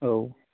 औ